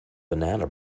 banana